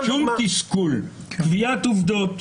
שום תסכול, קביעת עובדות.